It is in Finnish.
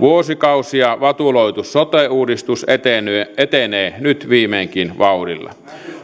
vuosikausia vatuloitu sote uudistus etenee etenee nyt viimeinkin vauhdilla